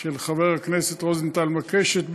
של חבר הכנסת רוזנטל מבקשת,